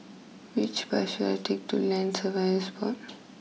which bus should I take to Land Surveyors Board